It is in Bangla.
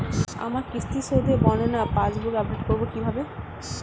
আমার কিস্তি শোধে বর্ণনা পাসবুক আপডেট করব কিভাবে?